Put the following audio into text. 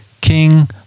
king